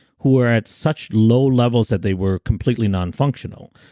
who are at such low levels that they were completely nonfunctional.